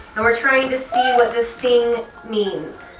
and we're trying to see what this thing means.